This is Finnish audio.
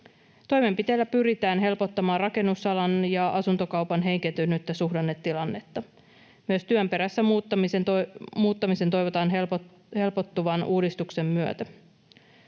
Toimenpiteellä pyritään helpottamaan rakennusalan ja asuntokaupan heikentynyttä suhdannetilannetta. Myös työn perässä muuttamisen toivotaan helpottuvan uudistuksen myötä.